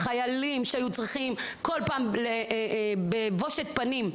חיילים שהיו מסורבים בכל פעם בבושת פנים.